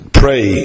pray